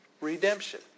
Redemption